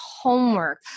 homework